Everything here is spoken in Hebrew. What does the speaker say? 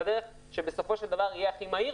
זו הדרך שתהיה המהירה ביותר.